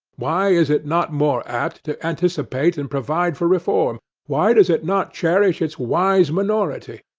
why is it not more apt to anticipate and provide for reform? why does it not cherish its wise minority?